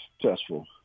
successful